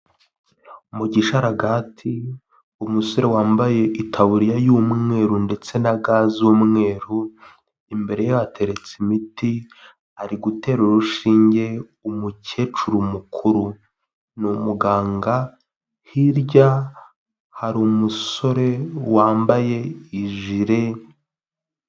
Mugisharagati umusore wambaye itaburiya y'umweru ndetse na ga z'umweru imbere yateretse imiti ari gutera urushinge umukecuru mukuru n'umuganga hirya hari umusore wambaye ijire.